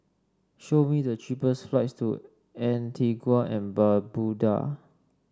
show me the cheapest flights to Antigua and Barbuda